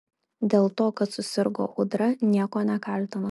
dėl to kad susirgo audra nieko nekaltina